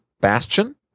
Bastion